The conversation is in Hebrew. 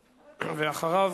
ואחריו,